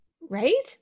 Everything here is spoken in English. right